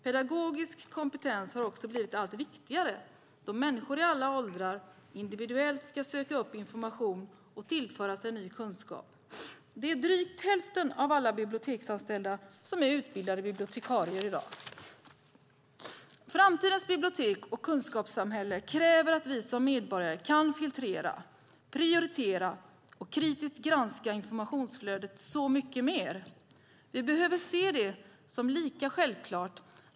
Pedagogisk kompetens har också blivit allt viktigare då människor i alla åldrar individuellt ska söka information och tillföra sig ny kunskap. Drygt hälften av alla biblioteksanställda i dag är utbildade bibliotekarier. Framtidens bibliotek och kunskapssamhälle kräver att vi som medborgare så mycket mer kan filtrera, prioritera och kritiskt granska informationsflödet.